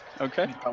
Okay